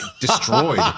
destroyed